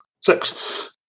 Six